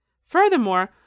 Furthermore